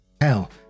hell